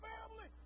Family